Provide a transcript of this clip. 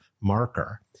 marker